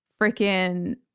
freaking –